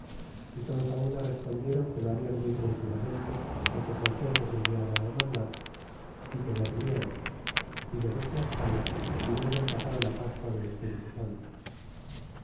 y todos una respondiéron que lo harian muy cumplidamente lo que cortés les enviaba mandar que vernian y los de tlascala viniéron pasada la pascua del espíritu sante